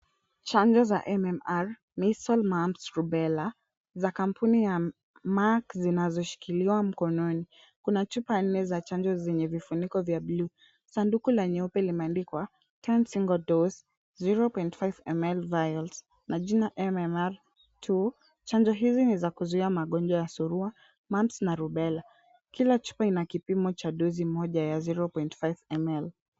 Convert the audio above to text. Chanjo za MMR, measles, mumps, rubella za kampuni ya mark zinazo shikiliwa mkononi. Kuna chupa nne za chanjo zenye vifuniko vya buluu. Sanduku ya nyeupe imeandikwa one time single dose 0.5 ml viols na jina MMR-2. Chanjo hizi ni za kuzuia magonjwa ya surua mumps na rubella. Kila chupa ina kipimo cha dozi moja ya 0.5ML.